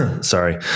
sorry